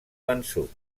vençut